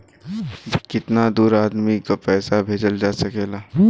कितना दूर आदमी के पैसा भेजल जा सकला?